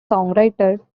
songwriter